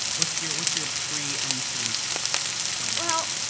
what's your what's your pre entrance plan. well,